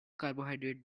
carbohydrate